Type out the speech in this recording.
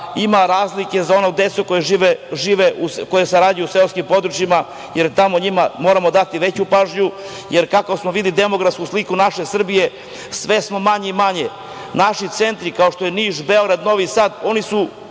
ima razlike za onu decu koja se rađaju u seoskim područjima, jer tamo njima moramo dati veću pažnju, jer kako smo videli demografsku sliku naše Srbije, sve nas je manje i manje. Naši centri, kao što je Niš, Beograd, Novi Sad, oni se